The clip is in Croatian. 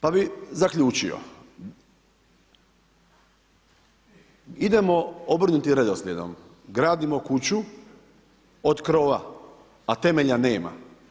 Pa bih zaključio, idemo obrnutim redoslijedom, gradimo kuću od krova a temelja nema.